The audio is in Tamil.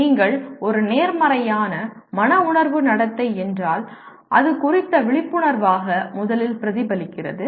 நீங்கள் ஒரு நேர்மறையான மன உணர்வு நடத்தை என்றால் அது குறித்த விழிப்புணர்வாக முதலில் பிரதிபலிக்கிறது